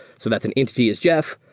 so that's an entity is jeff.